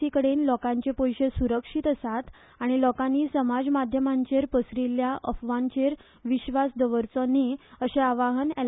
सी कडेन लोकांचे पैशे सुरक्षित आसात आनी लोकानी समाजमाध्यमांचेर पसरिल्ल्या अफवांचेर विश्वास दवरचो न्ही अशे आवाहन एल